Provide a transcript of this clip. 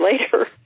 later